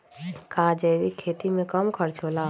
का जैविक खेती में कम खर्च होला?